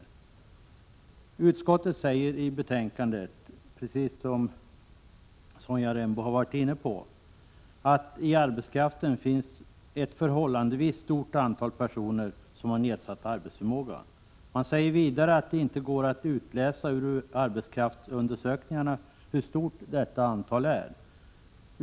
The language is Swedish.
Utskottsmajoriteten säger i betänkandet, något som också Sonja Rembo var inne på, att det i arbetskraften finns ett förhållandevis stort antal personer med nedsatt arbetsförmåga. Man säger vidare att det inte går att utläsa ur arbetskraftsundersökningarna hur stort detta antal är.